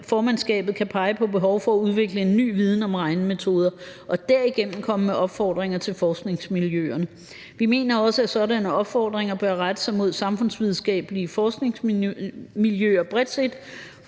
formandskabet kan pege på behov for at udvikle en ny viden om regnemetoder og derigennem komme med opfordringer til forskningsmiljøerne. Vi mener også, at sådanne opfordringer bør rette sig mod samfundsvidenskabelige forskningsmiljøer bredt set